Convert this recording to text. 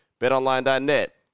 BetOnline.net